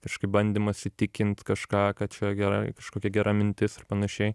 kažkaip bandymas įtikint kažką kad čia gerai kažkokia gera mintis ir panašiai